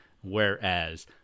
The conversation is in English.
whereas